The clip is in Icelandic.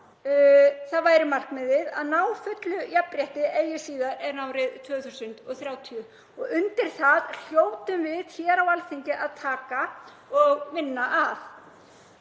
það væri markmiðið að ná fullu jafnrétti eigi síðar en árið 2030 og undir það hljótum við hér á Alþingi að taka og vinna að.